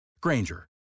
Granger